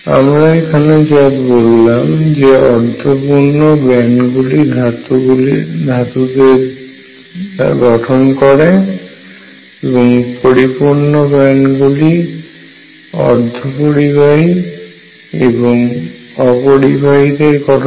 আমরা এখানে যা বললাম যে অর্ধপূর্ণ ব্যান্ড গুলি ধাতু দের গঠন করে এবং পরিপূর্ণ ব্যান্ড গুলি অর্ধপরিবাহী এবং অপরিবাহী গঠন করে